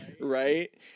Right